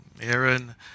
Aaron